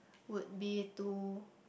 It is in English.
would be to